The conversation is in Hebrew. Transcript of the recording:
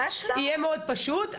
יהיה מאוד פשוט.